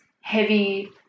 heavy